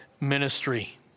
ministry